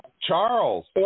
Charles